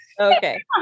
Okay